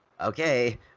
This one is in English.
okay